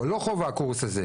הוא חובה.